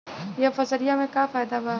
यह फसलिया में का फायदा बा?